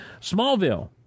Smallville